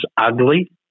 ugly